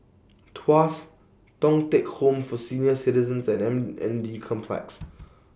Tuas Thong Teck Home For Senior Citizens and M N D Complex